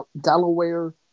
Delaware